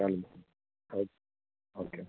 चालेल हो ओके